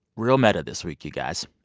real meta this week, you guys.